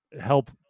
help